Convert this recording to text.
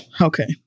okay